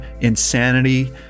insanity